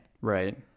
Right